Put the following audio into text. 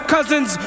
Cousins